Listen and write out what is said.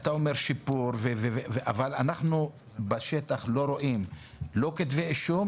אתה אומר שיש שיפור אבל בשטח אנחנו לא רואים כתבי אישום,